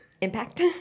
impact